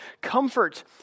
comfort